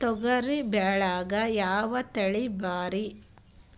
ತೊಗರಿ ಬ್ಯಾಳ್ಯಾಗ ಯಾವ ತಳಿ ಭಾರಿ?